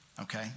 Okay